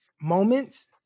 moments